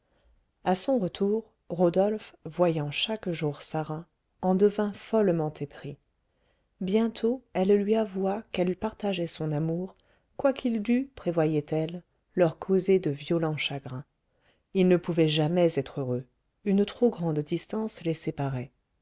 à son retour rodolphe voyant chaque jour sarah en devint follement épris bientôt elle lui avoua qu'elle partageait son amour quoiqu'il dût prévoyait elle leur causer de violents chagrins ils ne pouvaient jamais être heureux une trop grande distance